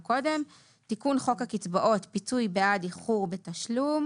תיקון חוק הקצבאות (פיצוי בעד איחור בתשלום)